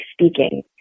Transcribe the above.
speaking